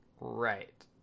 Right